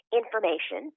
information